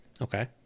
Okay